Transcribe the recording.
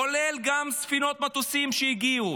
כולל גם ספינות מטוסים שהגיעו,